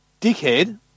dickhead